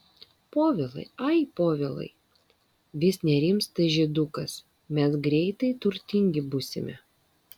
povilai ai povilai vis nerimsta žydukas mes greitai turtingi būsime